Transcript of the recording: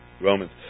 Romans